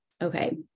Okay